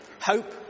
hope